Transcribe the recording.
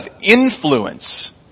influence